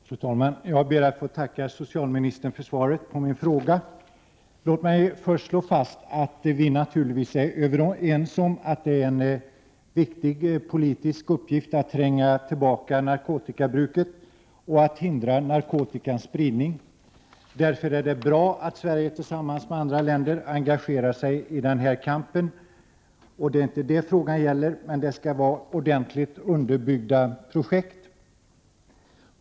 Fru talman! Jag ber att få tacka socialministern för svaret på min fråga. Låt mig först slå fast att vi naturligtvis är överens om att det är en viktig politisk uppgift att tränga tillbaka narkotikabruket och att hindra narkotikans spridning. Därför är det bra att Sverige tillsammans med andra länder engagerar sig i denna kamp. Frågan gäller inte detta — men det skall vara ordentligt underbyggda projekt.